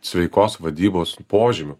sveikos vadybos požymių